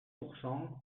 pourcent